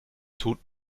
tut